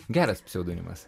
geras pseudonimas